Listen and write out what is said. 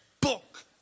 book